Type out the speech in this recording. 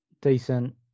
Decent